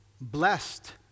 Blessed